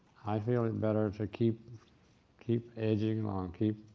i feel it better to keep keep edging along. keep